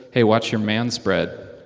hey, watch your manspread